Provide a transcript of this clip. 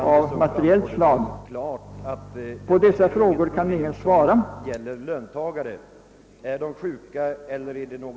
Herr talman! Av herr Sjöholms yttrande framgår det väl klart att detta inte är ett problem som gäller löntagare.